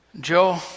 Joe